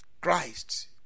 Christ